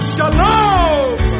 Shalom